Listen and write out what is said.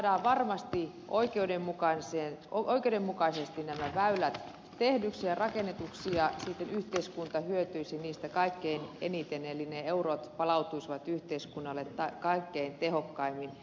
saadaan varmasti oikeudenmukaisesti nämä väylät tehdyksi ja rakennetuksi ja sitten yhteiskunta hyötyisi niistä kaikkein eniten eli ne eurot palautuisivat yhteiskunnalle kaikkein tehokkaimmin